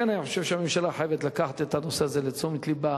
לכן אני חושב שהממשלה חייבת לקחת את הנושא הזה לתשומת לבה,